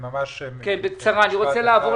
זה המקום שבו נשים יכולות לצאת